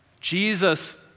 Jesus